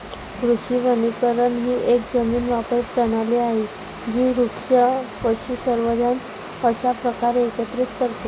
कृषी वनीकरण ही एक जमीन वापर प्रणाली आहे जी वृक्ष, पशुसंवर्धन अशा प्रकारे एकत्रित करते